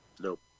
Nope